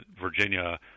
Virginia